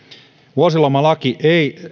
vuosilomalaki ei